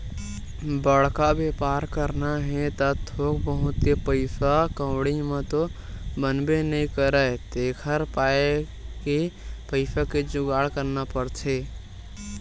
बड़का बेपार करना हे त थोक बहुत के पइसा कउड़ी म तो बनबे नइ करय तेखर पाय के पइसा के जुगाड़ करना पड़थे